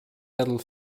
little